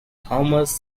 thomas